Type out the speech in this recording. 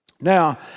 Now